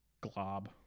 glob